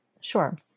Sure